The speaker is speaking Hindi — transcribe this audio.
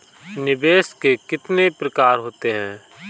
निवेश के कितने प्रकार होते हैं?